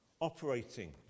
operating